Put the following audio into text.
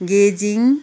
गेजिङ